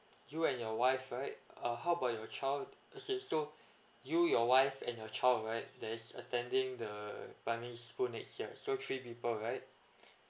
you and your wife right uh how about your child say so you your wife and your child right that is attending the primary school next year so three people right